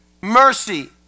mercy